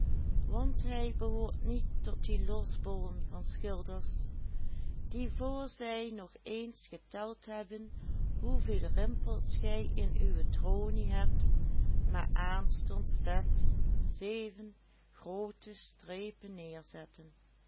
want hij behoort niet tot die losbollen van schilders die voor zij nog eens geteld hebben hoeveel rimpels gij in uwe tronie hebt maar aanstonds zes zeven groote strepen neerzetten